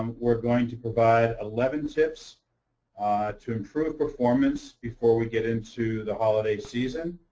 um we're going to provide eleven steps ah to improve performance before we get into the holiday season.